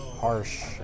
harsh